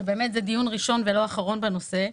שבאמת זה דיון ראשון ולא אחרון בנושא.